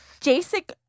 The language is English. Jacek